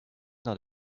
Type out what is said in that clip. not